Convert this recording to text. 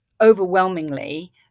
overwhelmingly